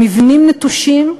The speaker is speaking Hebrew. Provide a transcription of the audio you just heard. במבנים נטושים,